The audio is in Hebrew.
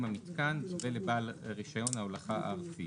המיתקן ולבעל רישיון ההולכה הארצי".